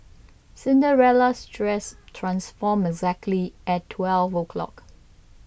Cinderella's dress transformed exactly at twelve o'clock